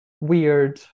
weird